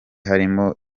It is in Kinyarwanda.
harimo